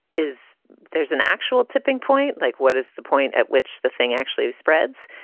is there's an actual tipping point like what is the point at which the thing actually spreads?